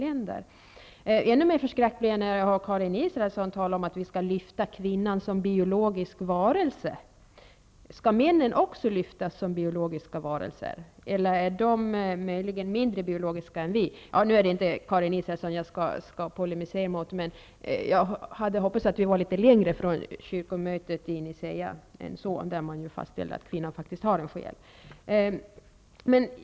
Ännu mer förskräckt blev jag när jag hörde Karin Israelsson tala om att vi skall lyfta kvinnan som biologisk varelse. Skall männen också lyftas som biologiska varelser, eller är de möjligen mindre biologiska än vi? Jag vet att det inte är Karin Israelsson som jag skall polemisera med, men jag hade hoppats att vi hade kommit litet längre än så från kyrkomötet i Nicaea, där man fastställde att kvinnan har en själ.